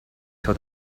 till